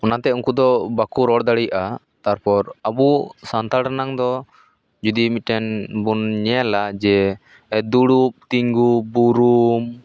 ᱚᱱᱟᱛᱮ ᱩᱱᱠᱩᱫᱚ ᱵᱟᱠᱚ ᱨᱚᱲ ᱫᱟᱲᱮᱭᱟᱜᱼᱟ ᱛᱟᱨᱯᱚᱨ ᱟᱵᱚ ᱥᱟᱱᱛᱟᱲ ᱨᱮᱱᱟᱜ ᱫᱚ ᱡᱩᱫᱤ ᱢᱤᱫᱴᱮᱱ ᱵᱚᱱ ᱧᱮᱞᱟ ᱡᱮ ᱫᱩᱲᱩᱵ ᱛᱤᱸᱜᱩ ᱵᱩᱨᱩᱢ